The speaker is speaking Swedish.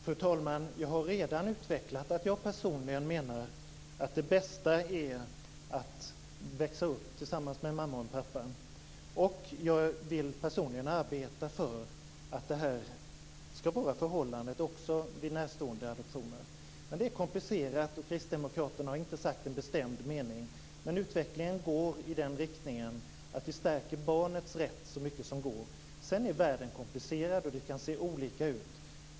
Fru talman! Jag har redan utvecklat att jag personligen menar att det bästa är att växa upp tillsammans med en mamma och en pappa. Och jag vill personligen arbeta för att det ska vara förhållandet också vid närståendeadoptioner. Men det är komplicerat, och Kristdemokraterna har inte uttalat någon bestämd mening. Men utvecklingen går i den riktningen att vi stärker barnets rätt så mycket som det går. Sedan är världen komplicerad, och det kan se olika ut.